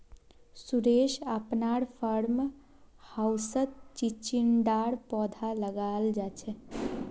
सुरेश अपनार फार्म हाउसत चिचिण्डार पौधा लगाल छ